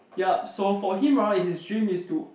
yup so for him right his dream is to